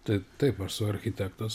tai taip aš esu architektas